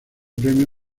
premio